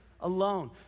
alone